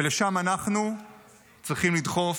ולשם אנחנו צריכים לדחוף